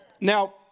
Now